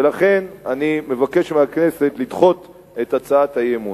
ולכן אני מבקש מהכנסת לדחות את הצעת האי-אמון.